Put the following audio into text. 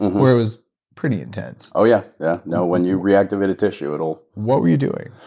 where it was pretty intense. oh yeah. yeah, no when you reactivate a tissue, it'll, what were you doing?